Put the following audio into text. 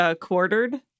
quartered